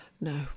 No